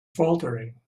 faltering